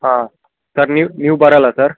ಹಾಂ ಸರ್ ನೀವು ನೀವು ಬರೊಲ್ಲ ಸರ್